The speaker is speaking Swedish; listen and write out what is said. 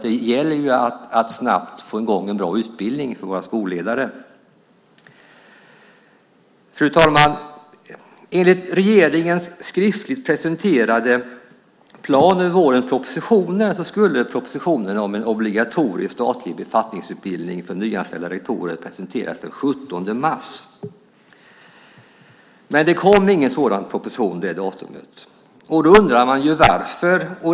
Det gäller ju att snabbt få i gång en bra utbildning för våra skolledare. Fru talman! Enligt regeringens skriftligen presenterade plan över vårens propositioner skulle propositionen om en obligatorisk statlig befattningsutbildning för nyanställda rektorer presenteras den 17 mars. Men det datumet kom ingen sådan proposition. Således undrar man varför.